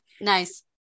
Nice